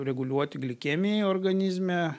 reguliuoti glikemiją organizme